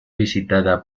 visitada